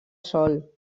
sol